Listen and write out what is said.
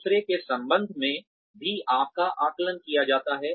दूसरों के संबंध में भी आपका आकलन किया जाता है